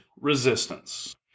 resistance